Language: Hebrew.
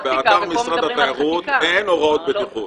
כרגע באתר משרד התיירות אין הוראות בטיחות.